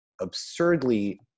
absurdly